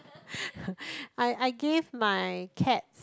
I I gave my Keds